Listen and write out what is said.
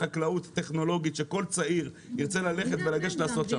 טכנולוגית את החקלאות כך שכל צעיר ירצה לעבוד שם.